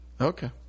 Okay